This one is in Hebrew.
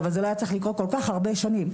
וזה לא היה צריך להיות ככה כל כך הרבה שנים.